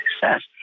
success